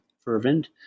fervent